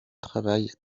travail